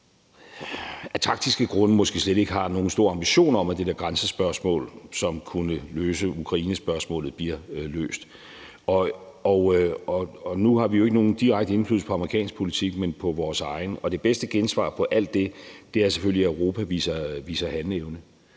af taktiske grunde måske slet ikke har nogen stor ambition om, at det der grænsespørgsmål, som kunne løse Ukrainespørgsmålet, bliver løst. Nu har vi jo ikke nogen direkte indflydelse på amerikansk politik, men på vores egen, og det bedste gensvar på alt det er selvfølgelig, at Europa viser handleevne.